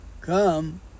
come